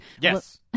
Yes